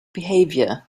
behavior